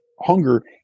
hunger